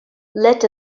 let